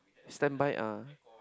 standby ah